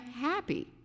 happy